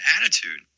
attitude